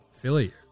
Philly